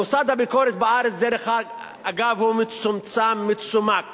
מוסד הביקורת בארץ, דרך אגב, הוא מצומצם, מצומק.